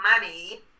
Money